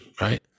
right